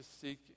seek